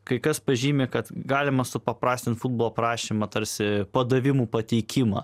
kai kas pažymi kad galima supaprastint futbolo prašymą tarsi padavimų pateikimą